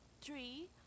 Three